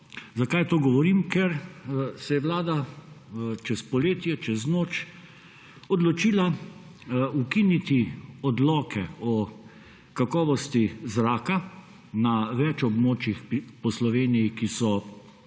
Zakaj to govorim? Ker se je vlada čez poletje, čez noč odločila ukiniti odloke o kakovosti zraka na več območjih po Sloveniji, ki so že